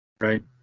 right